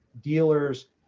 dealers